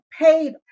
paid